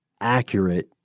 accurate